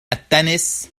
التنس